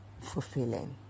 fulfilling